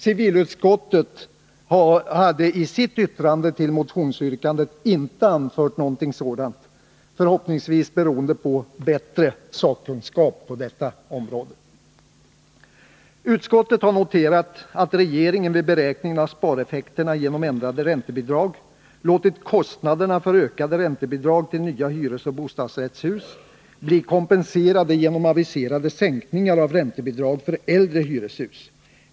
Civilutskottet hade i sitt yttrande till motionsyrkandet inte anfört något sådant, förhoppningsvis beroende på bättre sakkunskap på detta område. Utskottet har noterat att regeringen vid beräkningen av spareffekterna genom ändrade räntebidrag låtit kostnaderna för ökade räntebidrag till nya hyresoch bostadsrättshus blir kompenserade genom aviserade sänkningar av räntebidrag för äldre hyreshus.